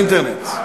את זה באינטרנט.